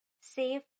save